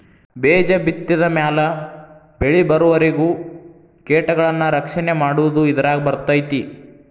ಬೇಜ ಬಿತ್ತಿದ ಮ್ಯಾಲ ಬೆಳಿಬರುವರಿಗೂ ಕೇಟಗಳನ್ನಾ ರಕ್ಷಣೆ ಮಾಡುದು ಇದರಾಗ ಬರ್ತೈತಿ